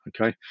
okay